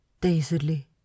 dazedly